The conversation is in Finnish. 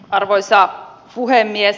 arvoisa puhemies